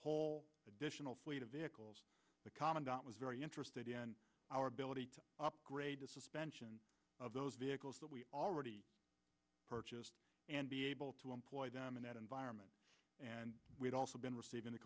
whole additional fleet of vehicles the commandant was very interested in our ability to upgrade the suspension of those vehicles that we already purchased and be able to employ them in that environment and we've also been receiving the